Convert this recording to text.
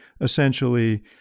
essentially